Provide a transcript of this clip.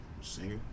singer